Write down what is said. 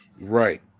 Right